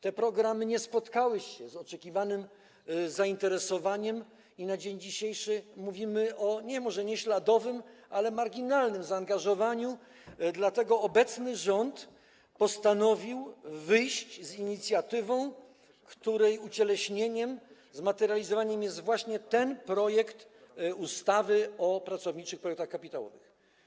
Te programy nie spotkały się z oczekiwanym zainteresowaniem i na dzień dzisiejszy mówimy może nie o śladowym, ale marginalnym zaangażowaniu, dlatego obecny rząd postanowił wyjść z inicjatywą, której ucieleśnieniem, zmaterializowaniem jest właśnie ten projekt ustawy o pracowniczych planach kapitałowych.